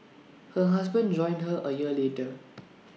her husband joined her A year later